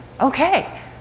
okay